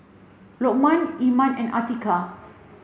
Lokman Iman and Atiqah